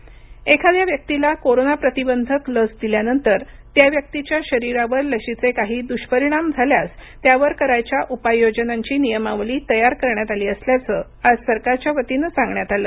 लस दष्परिणाम एखाद्या व्यक्तीला कोरोना प्रतिबंधक लस दिल्यानंतर त्या व्यक्तीच्या शरीरावर लशीचे काही दुष्परिणाम झाल्यास त्यावर करायच्या उपाययोजनांची नियमावलीही तयार करण्यात आली असल्याचं आज सरकारच्या वतीनं सांगण्यात आलं